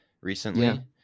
recently